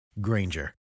Granger